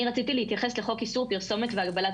אני רציתי להתייחס לחוק איסור פרסומת והגבלת